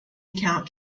account